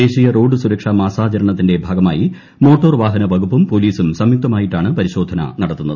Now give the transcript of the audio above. ദേശീയ റോഡ് സുരക്ഷാ മാസാചരണത്തിന്റെ ഭാഗമായി മോട്ടോർ വാഹന വകുപ്പും പൊലീസും സംയുക്തമായിട്ടാണ് പരിശോധന നടത്തുന്നത്